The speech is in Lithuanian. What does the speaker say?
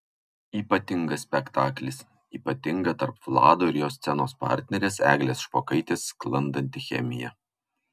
ypatingas spektaklis ypatinga tarp vlado ir jo scenos partnerės eglės špokaitės sklandanti chemija